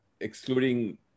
excluding